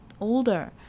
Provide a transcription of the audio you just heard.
older